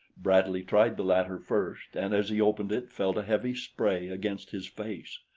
bradley tried the latter first and as he opened it, felt a heavy spray against his face.